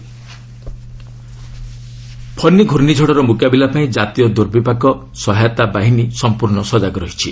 cyclone Fani 'Fani' ୍ଘୁର୍ଷ୍ଣିଝଡ଼ର ମୁକାବିଲା ପାଇଁ ଜାତୀୟ ଦୁର୍ବିପାକ ସହାୟତା ବାହିନୀ ସମ୍ପୂର୍ଣ୍ଣ ସଜାଗ ରହିଛି